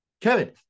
Kevin